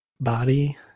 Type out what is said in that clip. body